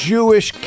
Jewish